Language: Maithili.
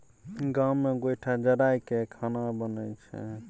गाम मे गोयठा जरा कय खाना बनइ छै